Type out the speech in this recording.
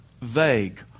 vague